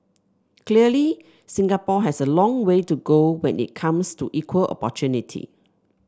clearly Singapore has a long way to go when it comes to equal opportunity